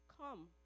come